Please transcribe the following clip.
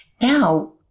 Now